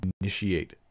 initiate